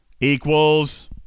equals